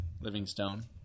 Livingstone